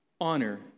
honor